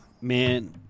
man